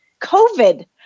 COVID